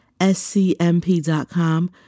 scmp.com